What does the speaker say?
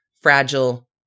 fragile